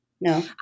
no